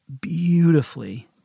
beautifully